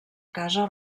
casa